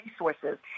resources